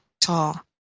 tall